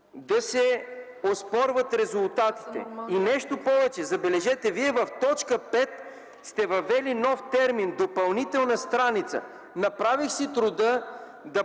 да се оспорват резултатите. Нещо повече, забележете, в т. 5 сте въвели нов термин „допълнителна страница”. Направих си труда да